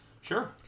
sure